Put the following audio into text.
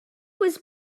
was